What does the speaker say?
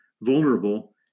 vulnerable